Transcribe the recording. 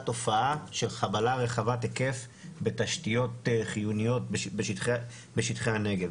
תופעה של חבלה רחבת היקף בתשתיות חיוניות בשטחי הנגב,